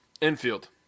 infield